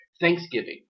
Thanksgiving